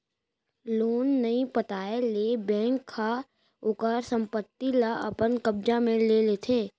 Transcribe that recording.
loan नइ पटाए ले बेंक ह ओखर संपत्ति ल अपन कब्जा म ले लेथे